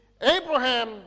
Abraham